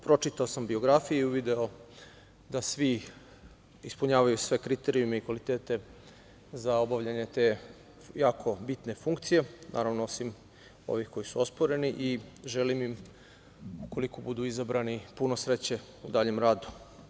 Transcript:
Pročitao sam biografiju i video da svi ispunjavaju sve kriterijume i kvalitete za obavljanje te jako bitne funkcije, naravno, osim ovih koji su osporeni i želim im, ukoliko budu izabrani, puno sreće u daljem radu.